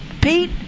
Pete